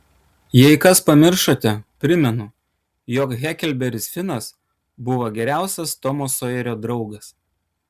jei kas pamiršote primenu jog heklberis finas buvo geriausias tomo sojerio draugas